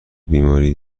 بیماری